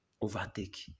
overtake